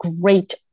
great